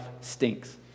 stinks